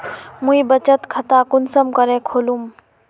मुई बचत खता कुंसम करे खोलुम?